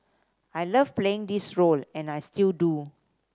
I love playing this role and I still do